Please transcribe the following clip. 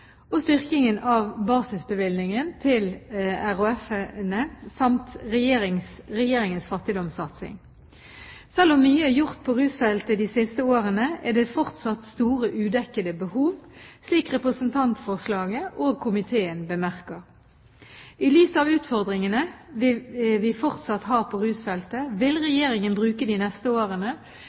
og styrkingen av basisbevilgningen til RHF-ene samt Regjeringens fattigdomssatsing. Selv om mye er gjort på rusfeltet de siste årene, er det fortsatt store udekkede behov, slik representantforslaget og komiteen bemerker. I lys av utfordringene vi fortsatt har på rusfeltet, vil Regjeringen bruke de neste årene